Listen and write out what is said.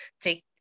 take